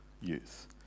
youth